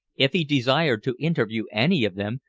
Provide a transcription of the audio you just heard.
if he desired to interview any of them,